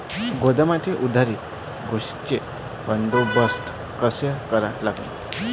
गोदामातल्या उंदीर, घुशीचा बंदोबस्त कसा करा लागन?